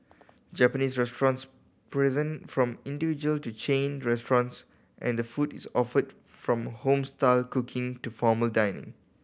Japanese restaurants present from individual to chain restaurants and the food is offered from home style cooking to formal dining